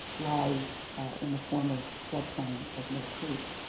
lies in the former flood plain of mill creek.